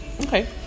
Okay